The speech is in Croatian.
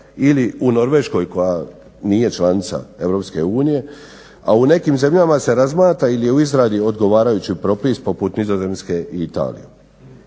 ili u Norveškoj koja nije članica EU, a u nekim zemljama se razmatra ili je u izradi odgovarajući propis, poput Nizozemske i Italije.